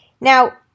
Now